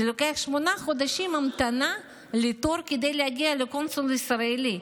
זה לוקח שמונה חודשים המתנה כדי להגיע לקונסול הישראלי.